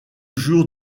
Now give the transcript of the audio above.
jour